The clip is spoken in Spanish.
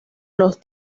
los